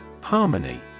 Harmony